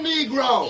Negro